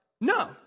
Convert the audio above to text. No